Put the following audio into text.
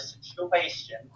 situation